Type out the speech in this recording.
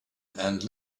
and